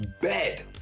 bed